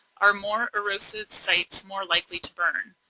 are more erosive sites more likely to burn?